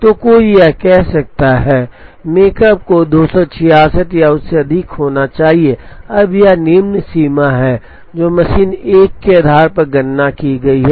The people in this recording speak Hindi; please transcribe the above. तो कोई यह कह सकता है कि मेकप को 266 या उससे अधिक होना चाहिए अब यह निम्न सीमा है जो मशीन 1 के आधार पर गणना की गई है